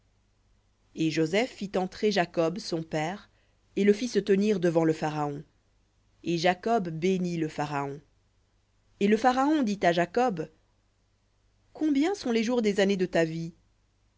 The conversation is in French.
et joseph fit entrer jacob son père et le fit se tenir devant le pharaon et jacob bénit le pharaon et le pharaon dit à jacob combien sont les jours des années de ta vie